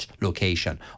location